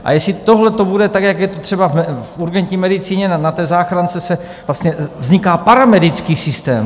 A jestli tohleto bude tak, jak je to třeba v urgentní medicíně, na záchrance vlastně vzniká paramedický systém.